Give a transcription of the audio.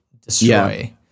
destroy